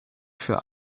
für